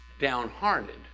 downhearted